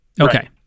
Okay